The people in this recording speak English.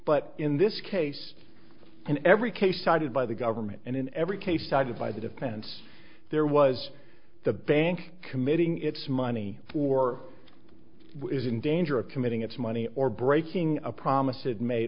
but in this case in every case cited by the government and in every case cited by the defense there was the bank committing its money for is in danger of committing its money or breaking a promise it made